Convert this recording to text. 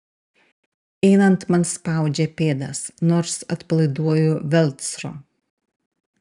einant man spaudžia pėdas nors atpalaiduoju velcro